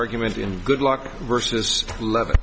arguments and good luck versus eleven